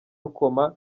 rukoma